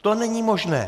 To není možné.